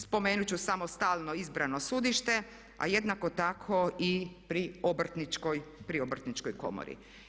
Spomenut ću samo stalno izbrano sudište, a jednako tako i pri Obrtničkoj komori.